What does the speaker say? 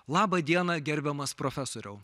labą dieną gerbiamas profesoriau